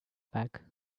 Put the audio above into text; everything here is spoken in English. pack